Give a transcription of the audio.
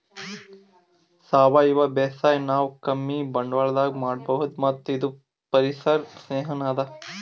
ಸಾವಯವ ಬೇಸಾಯ್ ನಾವ್ ಕಮ್ಮಿ ಬಂಡ್ವಾಳದಾಗ್ ಮಾಡಬಹುದ್ ಮತ್ತ್ ಇದು ಪರಿಸರ್ ಸ್ನೇಹಿನೂ ಅದಾ